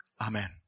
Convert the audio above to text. Amen